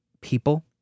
people